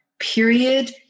period